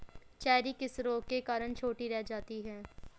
Cherry किस रोग के कारण छोटी रह जाती है?